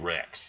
Rex